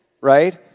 right